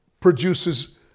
produces